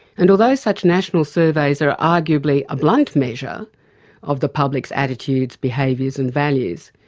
and although such national surveys are arguably a blunt measure of the publics' attitudes, behaviours and values,